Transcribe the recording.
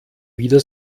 wieder